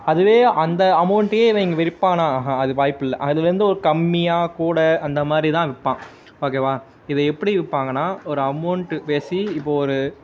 அதுவே அந்த அமௌண்ட்டையே இவங்க விற்பானா ஆஹான் அது வாய்ப்பில்லை அதுலேருந்து ஒரு கம்மியாக கூட அந்த மாதிரி தான் விற்பான் ஓகேவா இதை எப்படி விற்பாங்கன்னா ஒரு அமௌண்ட்டு பேசி இப்போது ஒரு